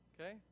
okay